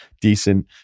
decent